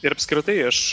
ir apskritai aš